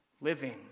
living